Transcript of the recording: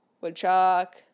Woodchuck